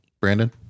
Brandon